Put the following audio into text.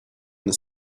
this